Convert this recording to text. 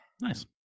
Nice